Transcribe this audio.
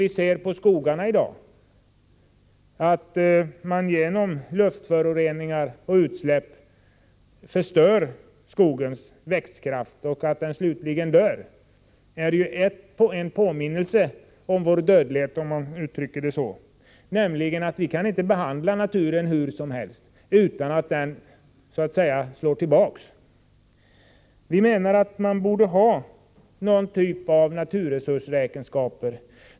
De symtom som skogarna i dag uppvisar — till följd av luftföroreningar och olika utsläpp förstörs ju skogen, så att tillväxten av denna påverkas och skogen slutligen dör — utgör en påminnelse om vår dödlighet, om jag så får uttrycka mig. Vi kan nämligen inte behandla naturen hur som helst utan att den så att säga slår tillbaka. Vi menar att man borde ha någon typ av naturresursräkenskaper.